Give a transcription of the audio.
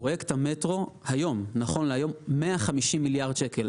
פרויקט המטרו נכון להיום 150 מיליארד שקל.